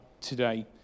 today